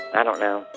i don't know.